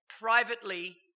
privately